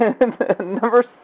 Number